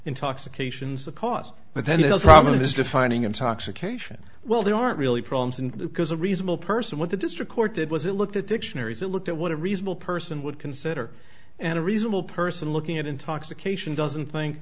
intoxications the cause but then they'll probably just defining intoxication well they aren't really problems and because a reasonable person with the district court did was it looked at dictionaries that looked at what a reasonable person would consider and a reasonable person looking at intoxication doesn't think